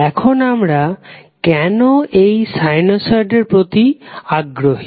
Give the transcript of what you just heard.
এখন আমরা কেনো এই সানুসয়ড এর প্রতি আগ্রহী